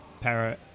para